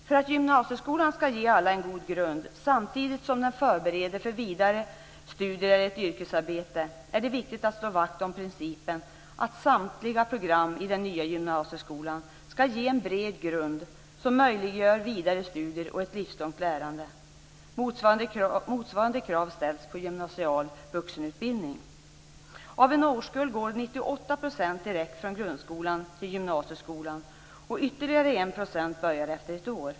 För att gymnasieskolan skall ge alla en god grund, samtidigt som den förbereder för vidare studier eller ett yrkesarbete, är det viktigt att slå vakt om principen att samtliga program i den nya gymnasieskolan skall ge en bred grund som möjliggör vidare studier och ett livslångt lärande. Motsvarande krav ställs på gymnasial vuxenutbildning. Av en årskull går 98 % direkt från grundskolan till gymnasieskolan och ytterligare 1 % efter ett år.